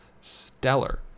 stellar